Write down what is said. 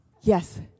yes